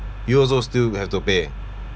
you also still have to pay